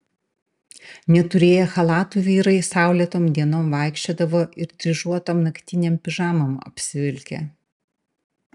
neturėję chalatų vyrai saulėtom dienom vaikščiodavo ir dryžuotom naktinėm pižamom apsivilkę